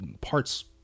parts